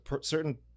certain